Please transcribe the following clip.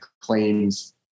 claims